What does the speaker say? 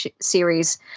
series